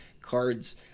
cards